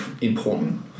important